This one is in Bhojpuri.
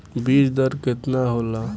बीज दर केतना होला?